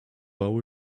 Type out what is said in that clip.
our